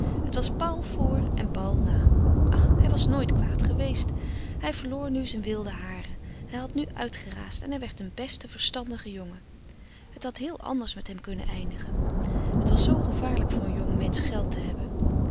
het was paul voor en paul na ach hij was nooit kwaad geweest hij verloor nu zijn wilde haren hij had nu uitgeraasd en hij werd een beste verstandige jongen het had heel anders met hem kunnen eindigen het was zoo gevaarlijk voor een jongmensch geld te hebben